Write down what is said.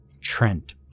Trent